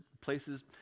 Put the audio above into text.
places